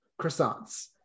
croissants